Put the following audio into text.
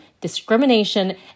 discrimination